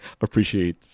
appreciate